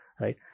right